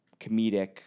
comedic